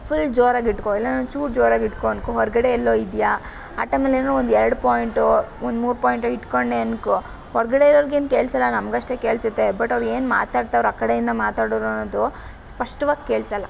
full ಜೋರಾಗಿಟ್ಕೊ ಇಲ್ಲ ಅಂದರೆ ಚೂರು ಜೋರಾಗಿಟ್ಕೊ ಅನ್ಕೊ ಹೊರಗಡೆ ಎಲ್ಲೊ ಇದ್ದೀಯ ಆ ಟೈಮಲ್ಲಿ ಏನೋ ಒಂದೆರಡು ಪಾಯಿಂಟೋ ಒಂದ್ಮೂರು ಪಾಯಿಂಟೋ ಇಟ್ಕೊಂಡೆ ಅನ್ಕೊ ಹೊರಗಡೆ ಇರೋರ್ಗೇನು ಕೇಳಿಸಲ್ಲ ನಮಗಷ್ಟೆ ಕೇಳಿಸತ್ತೆ ಬಟ್ ಅವ್ರೇನು ಮಾತಾಡ್ತಾವ್ರ್ ಆ ಕಡೆಯಿಂದ ಮಾತಾಡೋರು ಅನ್ನೋದು ಸ್ಪಷ್ಟವಾಗಿ ಕೇಳಿಸಲ್ಲ